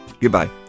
Goodbye